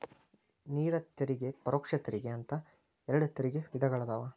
ನೇರ ತೆರಿಗೆ ಪರೋಕ್ಷ ತೆರಿಗೆ ಅಂತ ಎರಡ್ ತೆರಿಗೆ ವಿಧಗಳದಾವ